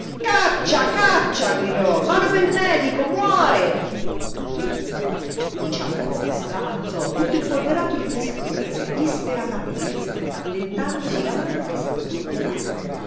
caccia caccia gridò vado pel medico muore inciampò stramazzò tutto impolverato riprese a correre disperatamente addentandosi la mano che s'era scorticata